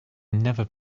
never